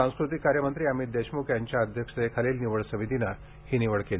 सांस्कृतिक कार्यमंत्री अमित देशमुख यांच्या अध्यक्षतेखालील निवड समितीने ही निवड केली